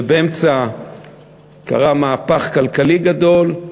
ובאמצע קרה מהפך כלכלי גדול,